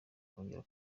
kongera